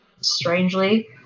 strangely